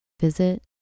Visit